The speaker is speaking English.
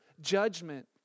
judgment